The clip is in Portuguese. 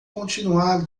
continuar